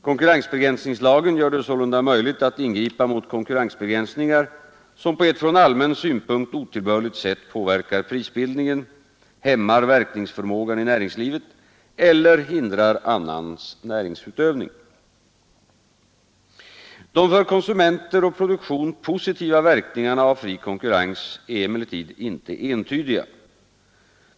Konkurrensbegränsningslagen gör det sålunda möjligt att ingripa mot konkurrensbegränsningar som på ett från allmän synpunkt otillbörligt sätt påverkar prisbildningen, hämmar verkningsförmågan i näringslivet eller hindrar annans näringsutövning. De för konsumenter och produktion positiva verkningarna av fri konkurrens är emellertid inte entydiga.